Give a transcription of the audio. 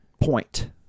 point